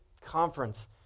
conference